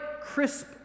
crisp